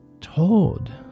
told